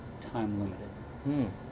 time-limited